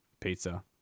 pizza